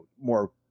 more